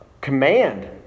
command